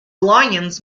lions